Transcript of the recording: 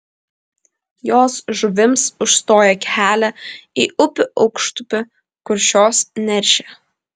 jos žuvims užstoja kelia į upių aukštupį kur šios neršia